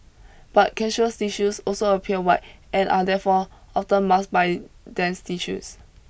but cancerous tissues also appear white and are therefore often masked by dense tissues